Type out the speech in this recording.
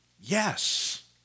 yes